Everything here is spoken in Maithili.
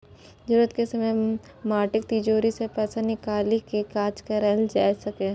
जरूरत के समय माटिक तिजौरी सं पैसा निकालि कें काज कैल जा सकैए